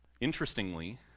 Interestingly